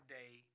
day